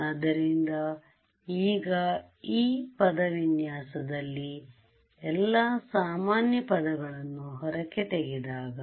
ಆದ್ದರಿಂದ ಈಗ ಈ ಪದವಿನ್ಯಾಸದಲ್ಲಿ ಎಲ್ಲ ಸಾಮಾನ್ಯ ಪದಗಳನ್ನು ಹೊರಕ್ಕೆ ತೆಗೆದಾಗ